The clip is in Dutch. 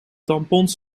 tampons